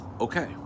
okay